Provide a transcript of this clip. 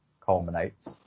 culminates